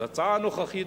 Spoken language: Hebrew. אז ההצעה הנוכחית,